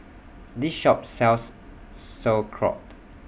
This Shop sells Sauerkraut